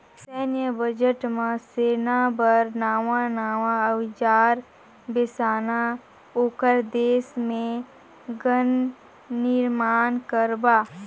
सैन्य बजट म सेना बर नवां नवां अउजार बेसाना, ओखर देश मे गन निरमान करबा